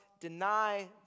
deny